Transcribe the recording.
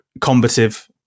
combative